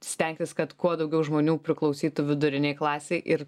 stengtis kad kuo daugiau žmonių priklausytų vidurinei klasei ir